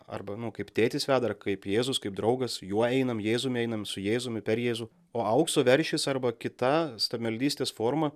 arba nu kaip tėtis veda ar kaip jėzus kaip draugas juo einam jėzumi einam su jėzumi per jėzų o aukso veršis arba kita stabmeldystės forma